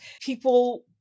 People